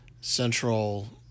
central